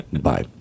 Bye